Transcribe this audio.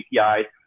API